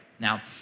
Now